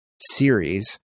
series